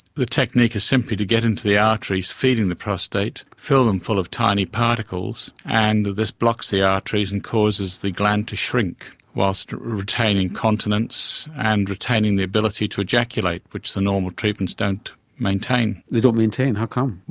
the technique is simply to get into the arteries feeding the prostate, fill them full of tiny particles, and this blocks the arteries and causes the gland to shrink whilst retaining continence and retaining the ability to ejaculate, which the normal treatments don't maintain. they don't maintain? how come?